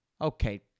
Okay